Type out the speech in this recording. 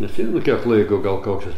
neatsimenu kiek laiko gal koki